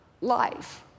life